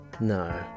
No